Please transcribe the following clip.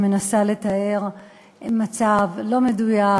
שמנסה לתאר מצב לא מדויק,